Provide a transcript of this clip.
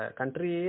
country